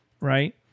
right